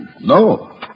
No